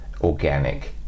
organic